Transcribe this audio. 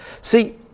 See